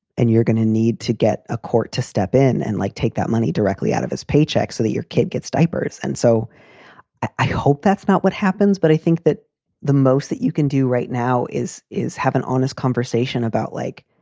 and you're going to need to get a court to step in and, like, take that money directly out of his paycheck so that your kid gets diapers. and so i hope that's not what happens. but i think that the most that you can do right now is is have an honest conversation about like,